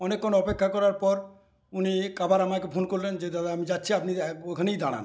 অনেকক্ষণ অপেক্ষা করার পর উনি আবার আমাকে ফোন করলেন যে দাদা আমি যাচ্ছি আপনি ওখানেই দাঁড়ান